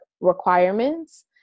requirements